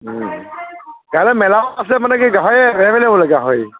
কাইলৈ মেলাও আছে মানে কি গাহৰি এভেলেবল গাহৰি